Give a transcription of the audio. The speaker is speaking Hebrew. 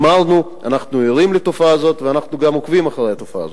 אמרנו: אנחנו ערים לתופעה הזאת ואנחנו גם עוקבים אחרי התופעה הזאת.